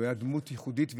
הוא היה דמות ייחודית,